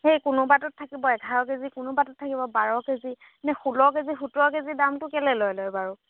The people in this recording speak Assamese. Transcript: সেই কোনোবাটোত থাকিব এঘাৰ কেজি কোনোবাটোত থাকিব বাৰ কেজি এনেই ষোল্ল কেজি সোতৰ কেজি দামটো কেলে লয় লয় বাৰু